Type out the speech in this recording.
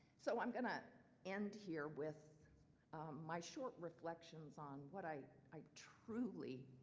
so i'm gonna end here with my short reflections on what i i truly,